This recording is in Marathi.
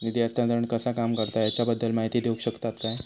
निधी हस्तांतरण कसा काम करता ह्याच्या बद्दल माहिती दिउक शकतात काय?